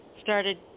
started